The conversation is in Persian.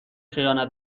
خیانت